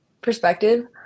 perspective